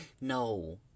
No